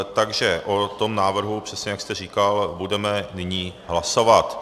Takže o tom návrhu, přesně jak jste říkal, budeme nyní hlasovat.